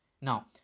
Now